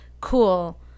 cool